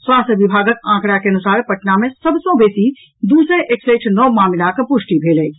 स्वास्थ्य विभागक आंकड़ाक अनुसार पटना मे सभ सँ बेसी दू सय एकसठि नव मामिलाक पुष्टि भेल अछि